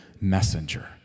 messenger